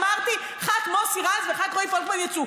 אמרתי: אחד מוסי רז ואחד רועי פולקמן יצאו,